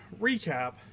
recap